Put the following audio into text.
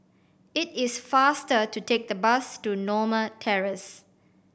it is faster to take the bus to Norma Terrace